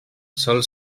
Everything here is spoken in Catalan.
sol